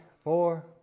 four